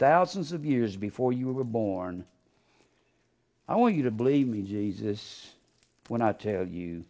thousands of years before you were born i want you to believe me jesus when i tell you